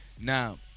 Now